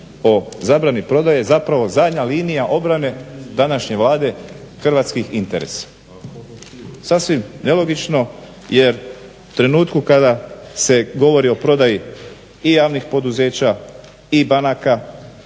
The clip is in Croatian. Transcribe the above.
o zabrani prodaje zapravo zadnja linija obrane današnje Vlade hrvatskih interesa. Sasvim nelogično jer trenutku kada se govori o prodaji i javnih poduzeća i banaka